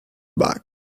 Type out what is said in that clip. bag